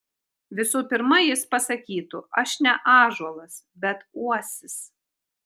visų pirma jis pasakytų aš ne ąžuolas bet uosis